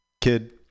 kid